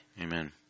Amen